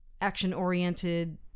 action-oriented